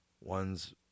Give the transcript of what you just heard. One's